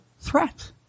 threat